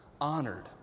Honored